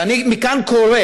ואני מכאן קורא